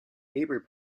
labour